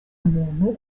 muntu